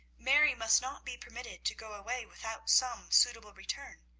mary must not be permitted to go away without some suitable return.